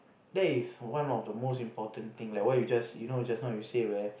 that is one of the most important thing like what you just you know just now you said right